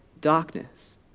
darkness